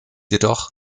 jedoch